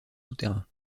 souterrain